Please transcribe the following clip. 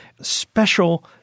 special